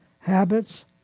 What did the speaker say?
habits